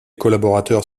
collaborateurs